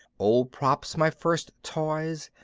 old props my first toys,